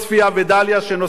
שנוסעים לחיפה,